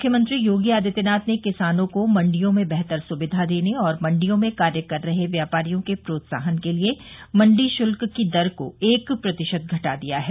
मुख्यमंत्री योगी आदित्यनाथ ने किसानों को मण्डियों में बेहतर सुविधा देने एवं मण्डियों में कार्य कर रहे व्यापारियों के प्रोत्साहन के लिए मण्डी शुल्क की दर को एक प्रतिशत घटा दिया है